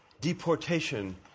deportation